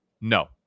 No